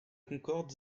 concorde